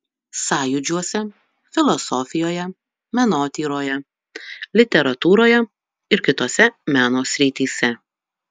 sąjūdžiuose filosofijoje menotyroje literatūroje ir kitose meno srityse